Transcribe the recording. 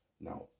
Now